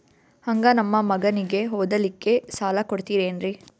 ಹಂಗ ನಮ್ಮ ಮಗನಿಗೆ ಓದಲಿಕ್ಕೆ ಸಾಲ ಕೊಡ್ತಿರೇನ್ರಿ?